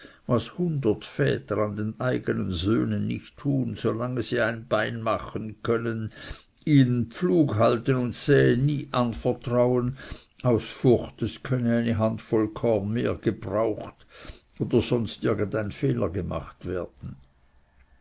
was hundert väter an den eigenen söhnen nicht tun solange sie ein bein machen können ihnen pflughalten und säen nie anvertrauen aus furcht es könne eine handvoll korn mehr gebraucht oder sonst irgend ein fehler gemacht werden